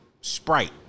Sprite